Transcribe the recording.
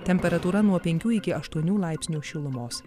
temperatūra nuo penkių iki aštuonių laipsnių šilumos